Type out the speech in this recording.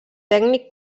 tècnic